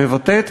מבטאת,